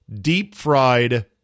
deep-fried